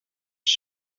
shoe